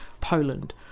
Poland